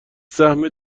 سهم